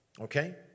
Okay